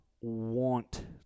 want